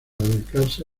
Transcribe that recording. dedicarse